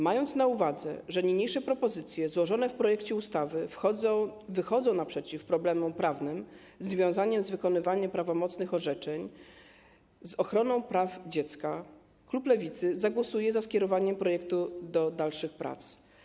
Mając na uwadze, że niniejsze propozycje zawarte w projekcie ustawy wychodzą naprzeciw problemom prawnym związanym z wykonywaniem prawomocnych orzeczeń i z ochroną praw dziecka, klub Lewicy zagłosuje za skierowaniem projektu do dalszych prac.